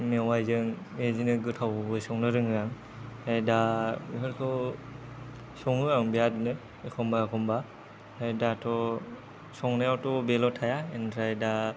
मेवाइजों बिदिनो गोथावबो संनो रोङो आं ओमफ्राय दा बेफोरखौ सङो आं बेरादनो एखनबा एखनबा ओमफ्राय दाथ' संनायावथ' बेल' थाया ओमफ्राय दा